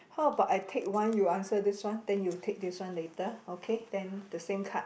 how about I take one you answer this one then you take this one later okay then the same card